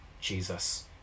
Jesus